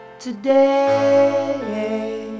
today